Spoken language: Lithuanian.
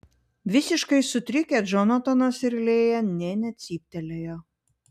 visiškai sutrikę džonatanas ir lėja nė necyptelėjo